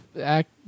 act